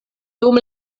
dum